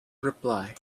reply